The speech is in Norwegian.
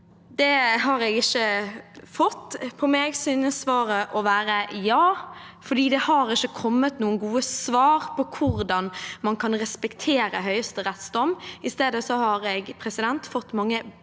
har jeg ikke fått. For meg synes svaret å være ja, for det har ikke kommet noen gode svar på hvordan man kan respektere Høyesteretts dom. I stedet har jeg fått mange